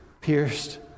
pierced